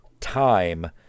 time